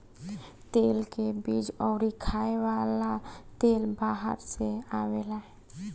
तेल के बीज अउरी खाए वाला तेल बाहर से आवेला